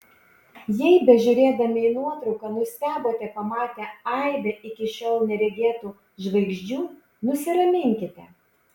jei bežiūrėdami į nuotrauką nustebote pamatę aibę iki šiol neregėtų žvaigždžių nusiraminkite